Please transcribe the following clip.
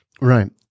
Right